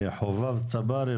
לחובב צברי,